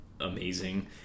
amazing